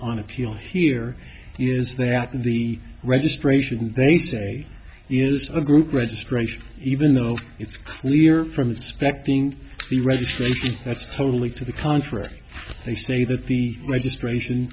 on appeal here is that the registration they say is a group registration even though it's clear from the spec being the registration that's totally to the contrary they say that the registration